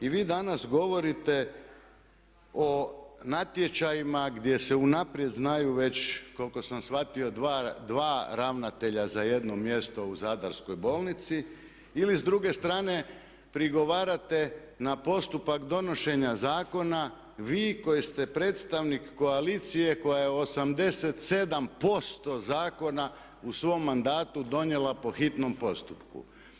I vi danas govorite o natječajima gdje se unaprijed znaju već, koliko sam shvatio dva ravnatelja za jedno mjesto u Zadarskoj bolnici ili s druge strane prigovarate na postupak donošenja zakona vi koji ste predstavnik koalicije koje je 87% zakona u svom mandatu donijela po hitnom postupku.